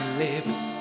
lips